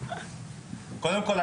כל היום צריכה